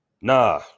Nah